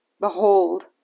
Behold